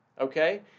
okay